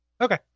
Okay